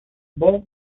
born